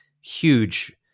huge